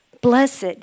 blessed